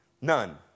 None